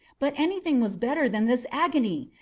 but anything was better than this agony!